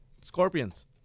Scorpions